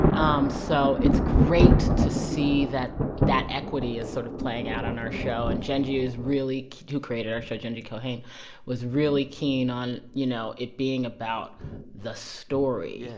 um so it's great to see that that equity is sort of playing out on our show and jenji is really who created our show, jenji kohan was really keen on, you know, it being about the story, yeah